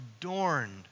adorned